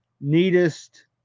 neatest